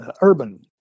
urban